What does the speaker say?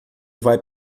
vai